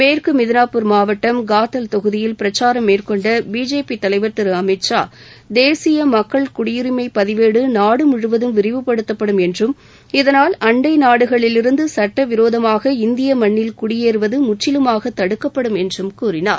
மேற்கு மிதினாபூர் மாவட்டம் காத்தல் தொகுதியில் பிரச்சாரம் மேற்கொண்ட பிஜேபி தலைர் திரு அமித் ஷா தேசிய மக்கள் குடியுரிமை பதிவேடு நாடு முழுவதும் விரிவுபடுத்தப்படும் என்றும் இதனால் அண்டை நாடுகளிலிருந்து சட்ட விரோதமாக இந்திய மண்ணில் குடியேறுவது முற்றிலுமாக தடுக்கப்படும் என்றும் கூறினார்